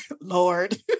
Lord